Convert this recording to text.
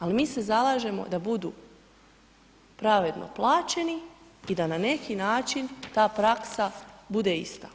Ali mi se zalažemo da budu pravedno plaćeni i da na neki način ta praksa bude ista.